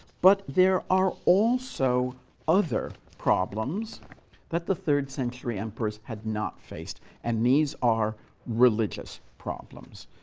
but there are also other problems that the third-century emperors had not faced, and these are religious problems.